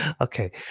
Okay